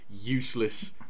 Useless